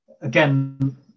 Again